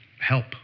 help